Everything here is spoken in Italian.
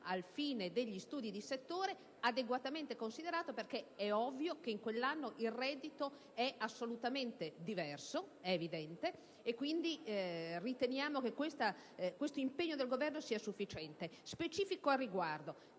al fine degli studi di settore, adeguatamente considerato perché è ovvio che in quell'anno il reddito è assolutamente diverso. Riteniamo quindi che questo impegno del Governo sia sufficiente. Specifico al riguardo